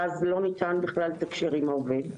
ואז לא ניתן אפילו לתקשר בכלל עם העובד.